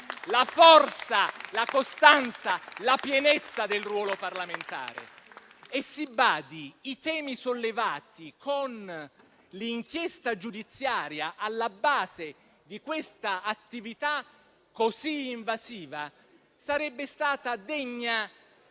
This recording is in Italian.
la forza, la costanza, la pienezza del ruolo parlamentare. E si badi: i temi sollevati con l'inchiesta giudiziaria alla base di questa attività così invasiva sarebbero stati degni